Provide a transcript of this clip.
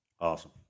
Awesome